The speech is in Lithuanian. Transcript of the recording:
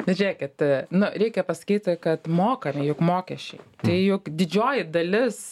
bet žiūrėkit nu reikia pasakyti kad mokame juk mokesčiai tai juk didžioji dalis